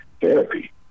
therapy